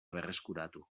berreskuratu